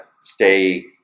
stay